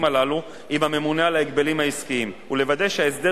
הללו עם הממונה על ההגבלים העסקיים ולוודא שההסדר